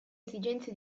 esigenze